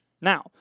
Now